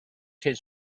his